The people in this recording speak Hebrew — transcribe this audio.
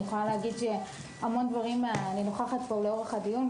אני יכולה להגיד שאני נוכחת פה לאורך הדיון,